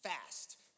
fast